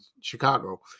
Chicago